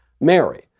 Mary